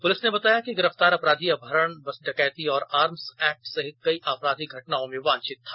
police ने बताया कि गिरफ्तार अपराधी अपहरण बस डकैती और आर्म्स एक्ट सहित कई आपराधिक घटनाओं में वांछित था